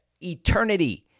eternity